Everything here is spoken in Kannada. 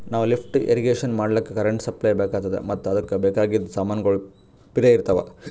ನಾವ್ ಲಿಫ್ಟ್ ಇರ್ರೀಗೇಷನ್ ಮಾಡ್ಲಕ್ಕ್ ಕರೆಂಟ್ ಸಪ್ಲೈ ಬೆಕಾತದ್ ಮತ್ತ್ ಅದಕ್ಕ್ ಬೇಕಾಗಿದ್ ಸಮಾನ್ಗೊಳ್ನು ಪಿರೆ ಇರ್ತವ್